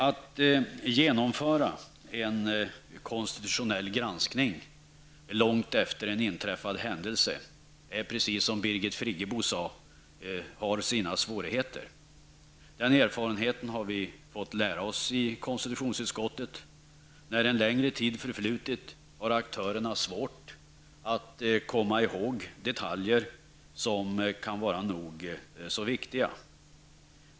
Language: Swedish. Att genomföra en konstitutionell granskning långt efter en inträffad händelse är, precis som Birgit Friggebo sade, något som har sina svårigheter. Den erfarenheten har vi gjort i konstitutionsutskottet, att när en längre tid förflutit, så har aktörerna svårt att komma ihåg detaljer, vilka kan vara nog så viktiga.